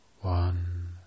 one